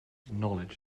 knowledge